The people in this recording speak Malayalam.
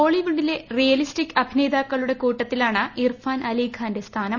ബോളിവുഡിലെ റിയലിസ്റ്റിക് അഭിനേതാക്കളുടെ കൂട്ടത്തിലാണ് ഇർഫാൻ അലി ഖാന്റെ സ്ഥാനം